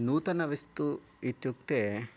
नूतनवस्तु इत्युक्ते